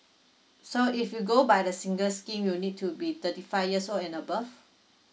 so if you go by the single scheme you need to be thirty five years old and above